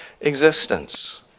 existence